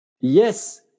Yes